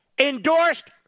endorsed